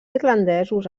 irlandesos